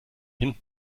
hinten